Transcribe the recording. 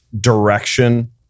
direction